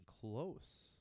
close